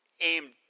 aimed